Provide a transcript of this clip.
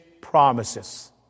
promises